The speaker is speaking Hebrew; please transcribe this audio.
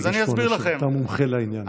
אתה מומחה לעניין.